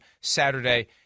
saturday